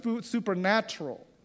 supernatural